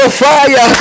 fire